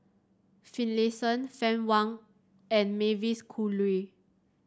Finlayson Fann Wong and Mavis Khoo Oei